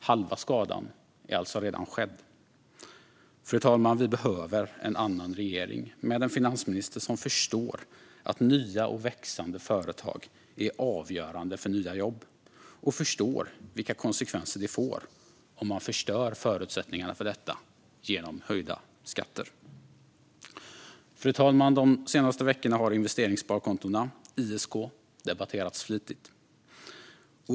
Halva skadan är alltså redan skedd. Fru talman! Vi behöver en annan regering, med en finansminister som förstår att nya och växande företag är avgörande för nya jobb och som förstår vilka konsekvenser det får om man förstör förutsättningarna för detta genom höjda skatter. Fru talman! De senaste veckorna har investeringssparkontona, ISK, debatterats flitigt.